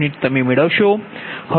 u તમે મેળવશો